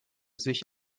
sich